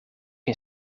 een